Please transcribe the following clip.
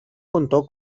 contó